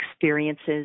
experiences